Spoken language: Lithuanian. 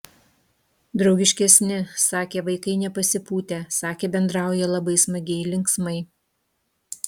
draugiškesni sakė vaikai nepasipūtę sakė bendrauja labai smagiai linksmai